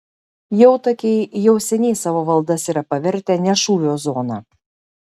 jautakiai jau seniai savo valdas yra pavertę ne šūvio zona